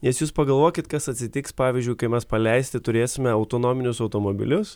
nes jūs pagalvokit kas atsitiks pavyzdžiui kai mes paleisti turėsime autonominius automobilius